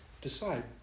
decide